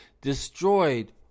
destroyed